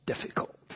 difficult